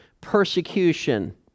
persecution